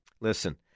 Listen